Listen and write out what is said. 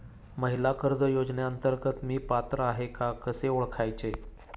महिला कर्ज योजनेअंतर्गत मी पात्र आहे का कसे ओळखायचे?